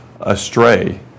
astray